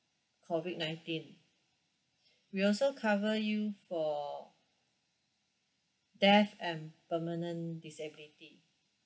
COVID nineteen we also cover you for death and permanent disability